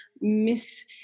Miss